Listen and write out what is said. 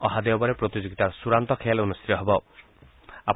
অহা দেওবাৰে প্ৰতিযোগিতাৰ চূডান্ত খেল অনুষ্ঠিত হ'ব